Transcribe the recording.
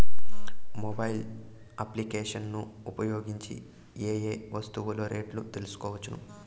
Mobile applications ను ఉపయోగించి ఏ ఏ వస్తువులు రేట్లు తెలుసుకోవచ్చును?